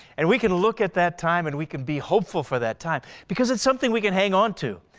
and we can look at that time and we can be hopeful for that time because it's something we can hang on to.